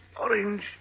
orange